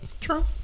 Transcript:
True